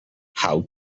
how